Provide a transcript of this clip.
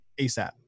ASAP